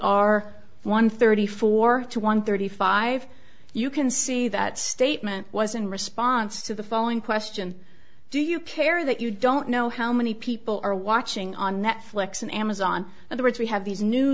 r one thirty four to one thirty five you can see that statement was in response to the following question do you care that you don't know how many people are watching on netflix and amazon and the words we have these new